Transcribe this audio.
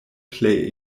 plej